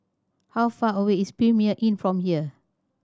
how far away is Premier Inn from here